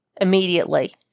immediately